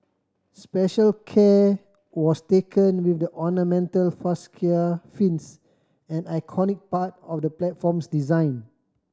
special care was taken with the ornamental fascia fins an iconic part of the platform's design